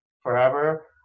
forever